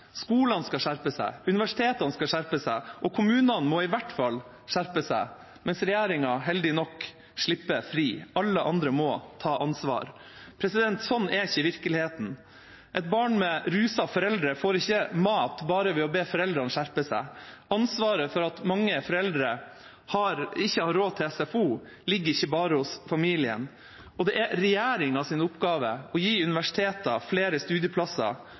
skolene skal skjerpe seg, universitetene skal skjerpe seg, og kommunene må i hvert fall skjerpe seg – mens regjeringa, heldig nok, slipper fri. Alle andre må ta ansvar. Slik er ikke virkeligheten. Et barn med rusede foreldre får ikke mat bare ved å be foreldrene skjerpe seg. Ansvaret for at mange foreldre ikke har råd til SFO, ligger ikke bare hos familien, og det er regjeringas oppgave å gi universitetene flere studieplasser